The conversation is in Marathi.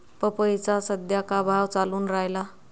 पपईचा सद्या का भाव चालून रायला?